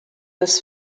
this